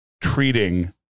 treating